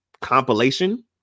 compilation